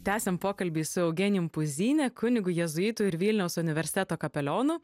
tęsiam pokalbį su eugenijum puzynia kunigu jėzuitu ir vilniaus universiteto kapelionu